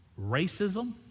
Racism